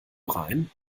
rein